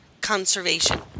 conservation